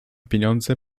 pieniądze